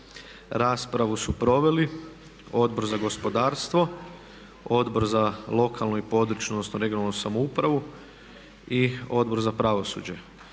Raspravu su proveli Odbor za gospodarstvo, Odbor za lokalnu i područnu odnosno regionalnu samoupravu i Odbor za pravosuđe.